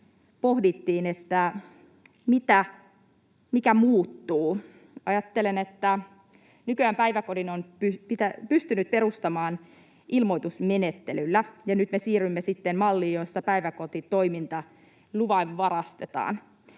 pohdittiin, että mikä muuttuu. Ajattelen, että nykyään päiväkodin on pystynyt perustamaan ilmoitusmenettelyllä ja nyt me siirrymme sitten malliin, jossa päiväkotitoiminta luvanvaraistetaan.